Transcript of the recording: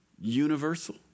universal